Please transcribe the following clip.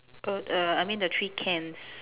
err err I mean the three cans